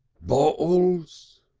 bolls!